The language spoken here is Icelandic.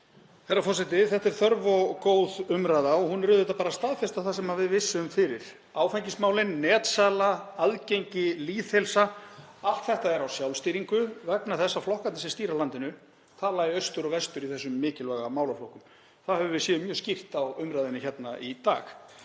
Þetta er þörf og góð umræða og hún er auðvitað bara að staðfesta það sem við vissum fyrir: Áfengismálin, netsala, aðgengi, lýðheilsa, allt þetta er á sjálfstýringu vegna þess að flokkarnir sem stýra landinu tala í austur og vestur í þessum mikilvægu málaflokkum. Það höfum við séð mjög skýrt á umræðunni hérna í dag.